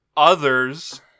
Others